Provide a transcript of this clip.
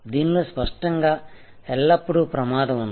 దీనిలో స్పష్టంగా ఎల్లప్పుడూ ప్రమాదం ఉంది